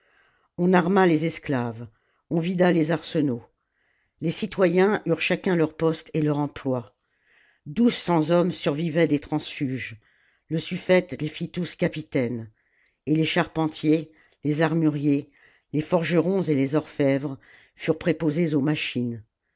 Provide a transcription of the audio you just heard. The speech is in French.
on arma les esclaves on vida les arsenaux les citoyens eurent chacun leur poste et leur emploi douze cents hommes survivaient des transfuges le suffete les fit tous capitaines et les charpentiers les armuriers les forgerons et les orfèvres furent préposés aux machines